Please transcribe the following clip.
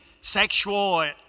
sexual